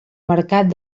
mercat